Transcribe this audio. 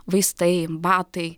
vaistai batai